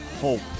hope